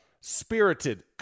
spirited